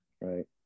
right